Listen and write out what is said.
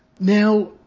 Now